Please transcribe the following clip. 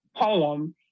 poem